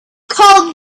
called